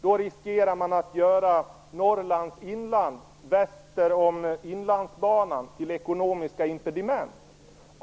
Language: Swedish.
Då riskerar man att Norrlands inland väster om Inlandsbanan blir ekonomiska impediment.